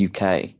UK